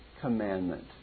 commandment